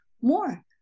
more